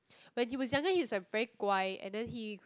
when he was younger he's like very 乖 and then he